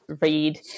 read